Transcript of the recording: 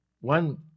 One